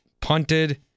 Punted